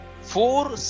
four